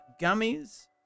gummies